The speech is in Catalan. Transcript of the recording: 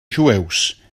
jueus